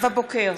חוצפה.